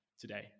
today